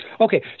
Okay